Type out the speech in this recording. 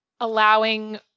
allowing